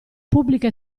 pubblica